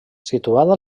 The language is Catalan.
situada